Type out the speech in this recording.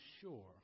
sure